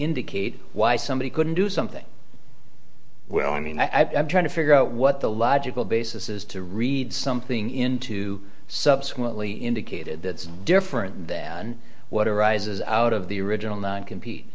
indicate why somebody couldn't do something well i mean i'm trying to figure out what the logical basis is to read something into subsequently indicated that's different than what arises out of the original nine